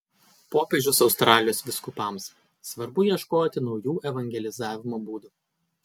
popiežius australijos vyskupams svarbu ieškoti naujų evangelizavimo būdų